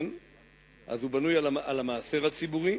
אז הוא בנוי על המעשר הציבורי,